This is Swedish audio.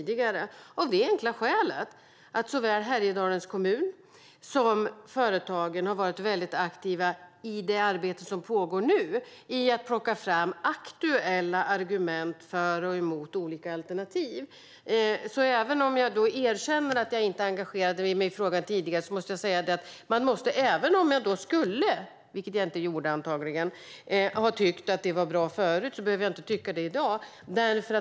Det är av det enkla skälet att såväl Härjedalens kommun som företagen har varit aktiva i det arbete som nu pågår med att plocka fram aktuella argument för och emot olika alternativ. Jag erkänner att jag inte engagerade mig i frågan tidigare. Men även om jag hade tyckt att det var bra förut, vilket jag antagligen inte gjorde, behöver jag inte tycka det i dag.